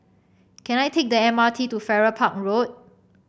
can I take the M R T to Farrer Park Road